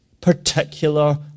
particular